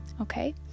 okay